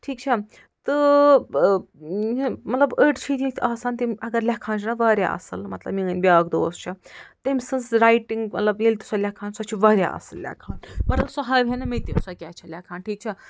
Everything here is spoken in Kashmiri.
ٹھیٖک چھَا تہٕ مطلب أڑۍ چھِ ییٚتہِ آسان تِم اگر لٮ۪کھان چھِ نا وارِیاہ اصٕل مطلب میٲنۍ بیٛاکھ دوس چھِ تٔمۍ سٕنٛز رایٹِنٛگ مطلب ییٚلہِ تہِ سۄ لٮ۪کھان سۄ چھِ وارِیاہ اصٕل لٮ۪کھان مطلب سُہ ہاوہَنہٕ مےٚ تہِ سۄ کیٛاہ چھِ لٮ۪کھان ٹھیٖک چھا